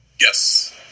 Yes